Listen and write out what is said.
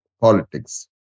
politics